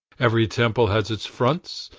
every temple has its fonts,